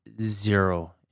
zero